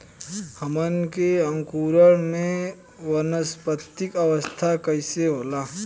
हमन के अंकुरण में वानस्पतिक अवस्था कइसे होला?